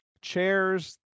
chairs